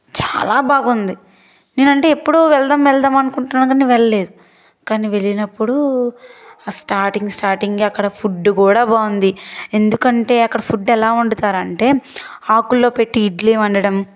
చాలా బాగుంది నేనంటే ఎప్పుడూ వెళ్దాం వెళ్దాం అనుకుంటున్నా కానీ వెళ్ళలేదు కానీ వెళ్ళినప్పుడు ఆ స్టార్టింగ్ స్టార్టింగే అక్కడ ఫుడ్ కూడా బాగుంది ఎందుకంటే అక్కడ ఫుడ్ ఎలా వండుతారంటే ఆకుల్లో పెట్టి ఇడ్లీ వండడం